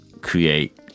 create